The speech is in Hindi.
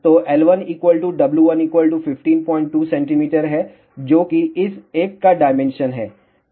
तो L1 W1 152 cm है जो कि इस एक का डायमेंशन है